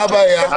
מה הבעיה?